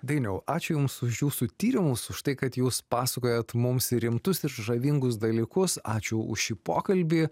dainiau ačiū jums už jūsų tyrimus už tai kad jūs pasakojat mums ir rimtus ir žavingus dalykus ačiū už šį pokalbį